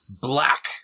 black